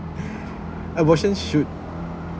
abortion should